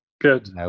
Good